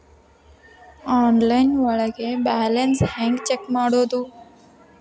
Online ಒಳಗೆ balance ಹ್ಯಾಂಗ check ಮಾಡೋದು?